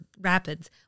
rapids